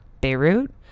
Beirut